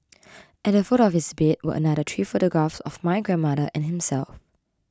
at the foot of his bed were another three photographs of my grandmother and himself